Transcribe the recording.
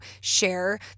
share